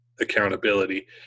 accountability